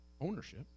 ownership